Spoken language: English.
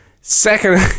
Second